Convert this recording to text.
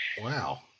Wow